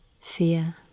fear